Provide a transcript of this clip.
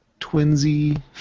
twinsy